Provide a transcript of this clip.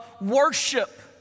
worship